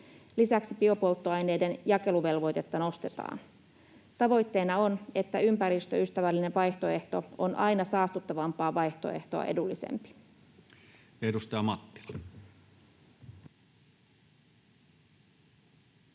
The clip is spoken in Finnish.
Lisäksi biopolttoaineiden jakeluvelvoitetta nostetaan. Tavoitteena on, että ympäristöystävällinen vaihtoehto on aina saastuttavampaa vaihtoehtoa edullisempi.